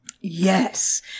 Yes